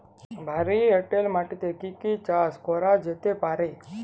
ভারী এঁটেল মাটিতে কি কি চাষ করা যেতে পারে?